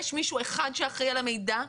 יש מישהו אחד שאחראי על המידע,